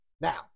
Now